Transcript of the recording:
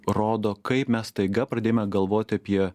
rodo kaip mes staiga pradėjome galvoti apie